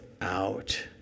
out